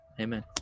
amen